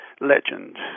legend